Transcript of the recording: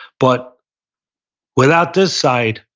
but without this side,